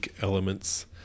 elements